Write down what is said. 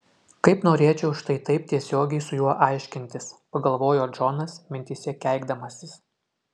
kaip norėčiau štai taip tiesiogiai su juo aiškintis pagalvojo džonas mintyse keikdamasis